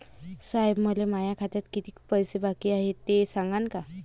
साहेब, मले माया खात्यात कितीक पैसे बाकी हाय, ते सांगान का?